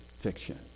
fiction